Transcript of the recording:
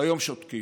והיום שותקים.